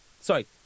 Sorry